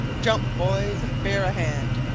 jump, boys, and bear a hand!